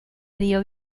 río